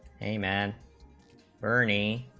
name and bernie